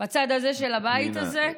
בצד הזה של הבית הזה.